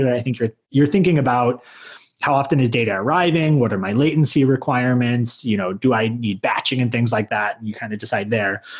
i think you're you're thinking about how often is data arriving. what are my latency requirements? you know do i need batching and things like that? you kind of decide there.